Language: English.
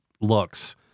looks